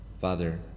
Father